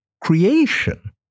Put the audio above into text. creation